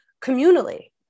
communally